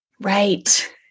Right